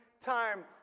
time